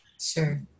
Sure